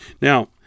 Now